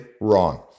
wrong